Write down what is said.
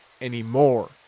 anymore